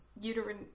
uterine